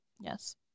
Yes